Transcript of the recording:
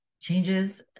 changes